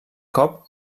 cop